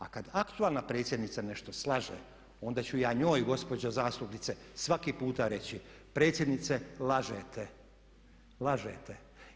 A kad aktualna predsjednica nešto slaže, onda ću ja njoj gospođo zastupnice svaki puta reći, predsjednice lažete, lažete.